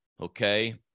Okay